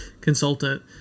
consultant